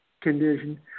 condition